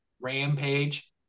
rampage